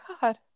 god